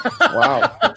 Wow